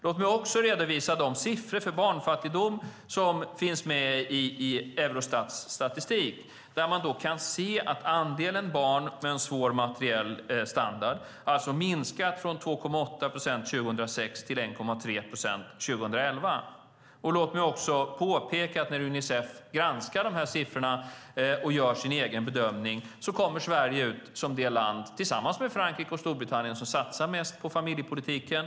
Låt mig också redovisa de siffror för barnfattigdom som finns med i Eurostats statistik. Där kan man se att andelen barn med svår materiell standard har minskat från 2,8 procent 2006 till 1,3 procent 2011. Låt mig även påpeka att Sverige när Unicef granskar siffrorna och gör sin egen bedömning kommer ut som det land som tillsammans med Frankrike och Storbritannien satsar mest på familjepolitiken.